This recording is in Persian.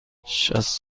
شصت